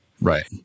Right